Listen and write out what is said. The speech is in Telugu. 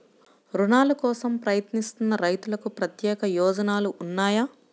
రుణాల కోసం ప్రయత్నిస్తున్న రైతులకు ప్రత్యేక ప్రయోజనాలు ఉన్నాయా?